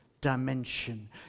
dimension